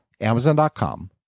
Amazon.com